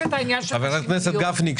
חבר הכנסת גפני,